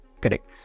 Correct